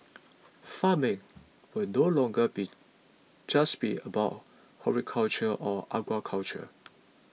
farming will no longer be just be about horticulture or aquaculture